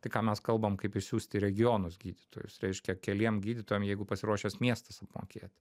tai ką mes kalbam kaip išsiųst į regionus gydytojus reiškia keliem gydytojam jeigu pasiruošęs miestas apmokėti